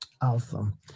Awesome